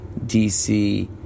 DC